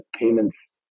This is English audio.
payments